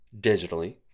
digitally